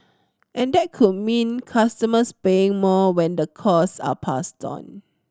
and that could mean customers paying more when the cost are passed on